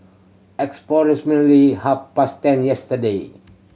approximately half past ten yesterday